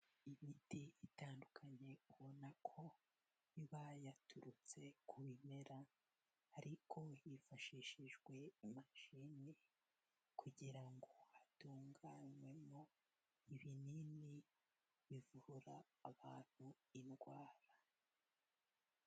Imiti itandukanye ubona ko iba yaturutse ku bimera, ariko hifashishijwe imashini kugira ngo hatunganywemo ibinini bivura abantu indwara.